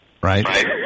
Right